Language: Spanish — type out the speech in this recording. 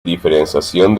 diferenciación